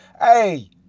hey